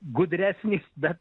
gudresnis bet